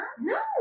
No